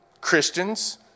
Christians